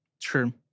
True